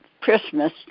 Christmas